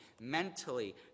mentally